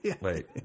Wait